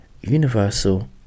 universal